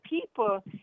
people